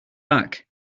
back